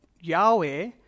Yahweh